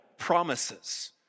promises